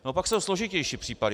A pak jsou složitější případy.